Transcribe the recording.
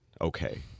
Okay